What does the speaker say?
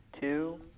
two